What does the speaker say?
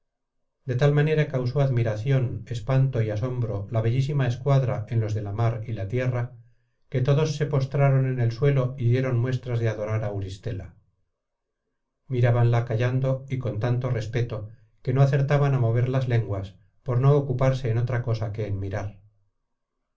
de tal manera causó admiracion espanto y asombro la bellísima escuadra en los de la mar y la tierra que todos se postraron en el suelo y dieron muestras de adorar á auristela mirábanla callando y con tanto respeto que no acertaban a mover las lenguas por no ocuparse en otra cosa que en mirar